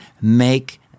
make